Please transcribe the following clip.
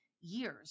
years